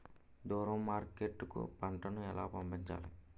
దూరం మార్కెట్ కు పంట ను ఎలా పంపించాలి?